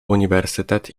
uniwersytet